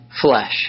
flesh